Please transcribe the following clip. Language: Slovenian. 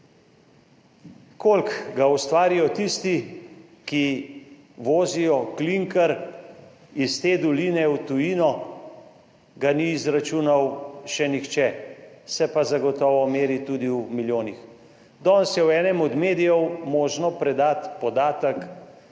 ki ga ustvarijo tisti, ki vozijo klinker iz te doline v tujino, ni izračunal še nihče, se pa zagotovo meri tudi v milijonih. Danes je v enem od medijev možno prebrati podatek,